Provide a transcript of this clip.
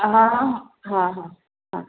हा हा हा हा हा